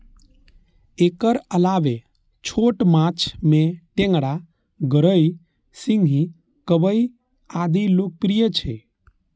एकर अलावे छोट माछ मे टेंगरा, गड़ई, सिंही, कबई आदि लोकप्रिय छै